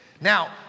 Now